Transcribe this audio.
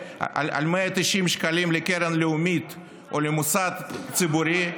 זיכוי ממס בגין תרומה למוסד ציבורי.